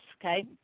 okay